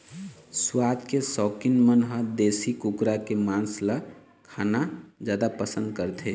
सुवाद के सउकीन मन ह देशी कुकरा के मांस ल खाना जादा पसंद करथे